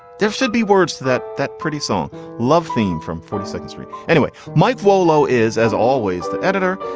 there should be words that that pretty song love theme from funny things. anyway, mike volo is, as always, the editor.